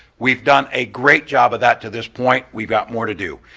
we've done a great job of that to this point, we've got more to do.